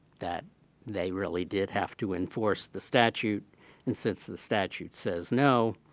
that they really did have to enforce the statute and since the statute says no,